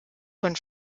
von